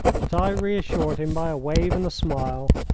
but i reassured him by a wave and a smile.